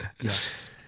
Yes